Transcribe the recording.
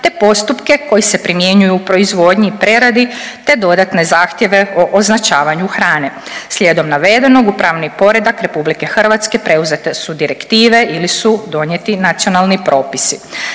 te postupke koji se primjenjuju u proizvodnji, preradi, te dodatne zahtjeve o označavanju hrane. Slijedom navedenog u pravni poredak RH preuzete su direktive ili su donijeti nacionalni propisi.